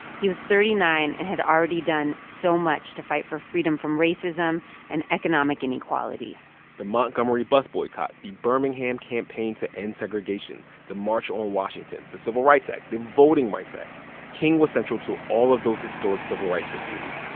he was thirty nine and had already done so much to fight for freedom from racism and economic inequality the montgomery bus boycott, the birmingham campaign to end segregation, the march on washington, the civil rights act, the voting rights act king was central to all of those historic civil rights victories.